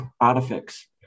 artifacts